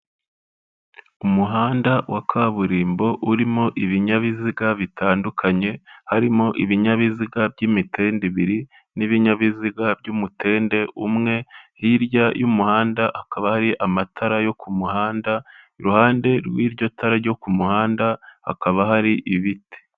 Umuhanda wa kaburimbo urimo ibinyabiziga bitandukanye harimo ibinyabiziga by'imitende ibiri n'ibinyabiziga by'umutende umwe, hirya y'umuhanda akaba hari amatara yo ku muhanda, iruhande rw'iryo tara ryo ku muhanda hakaba hari ibiti.